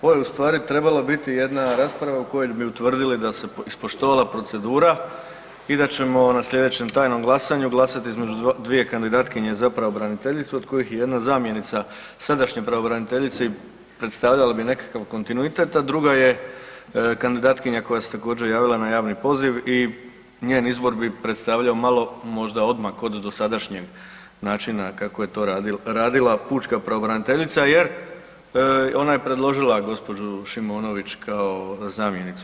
Ovo je ustvari trebala biti jedna rasprava u kojoj bi utvrdili da se ispoštovala procedura i da ćemo na slijedećem tajnom glasanju, glasati između dvije kandidatkinje za pravobraniteljicu od kojih je jedna zamjenica sadašnje pravobraniteljice i predstavljala bi nekakav kontinuitet a druga je kandidatkinja koja se također javila na javni poziv i njen izbor bi predstavljalo malo možda odmak od dosadašnjeg načina kako je to radila pučka pravobraniteljica jer ona je predložila gđu. Šimonović kao zamjenicu.